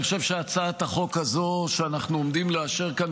אני חושב שהצעת החוק הזו שאנו עומדים לאשר כאן